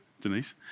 Denise